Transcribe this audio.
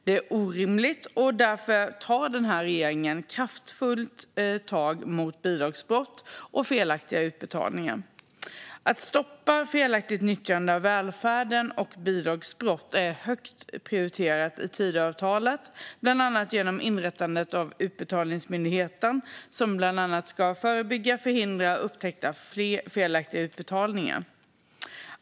Det är orimligt, och därför tar den här regeringen krafttag mot bidragsbrott och felaktiga utbetalningar. Att stoppa felaktigt nyttjande av välfärden och bidragsbrott är högt prioriterat i Tidöavtalet, bland annat genom inrättandet av Utbetalningsmyndigheten, som bland annat ska förebygga, förhindra och upptäcka felaktiga utbetalningar.